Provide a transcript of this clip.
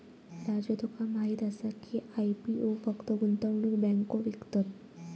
राजू तुका माहीत आसा की, आय.पी.ओ फक्त गुंतवणूक बँको विकतत?